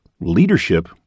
leadership